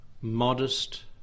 Modest